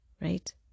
right